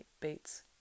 beats